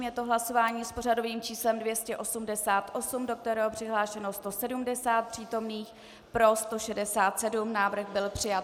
Je to hlasování s pořadovým číslem 288, do kterého přihlášeno 170 přítomných, pro 167, návrh byl přijat.